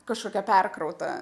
kažkokia perkrauta